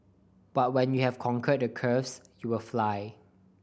but when you have conquered the curves you will fly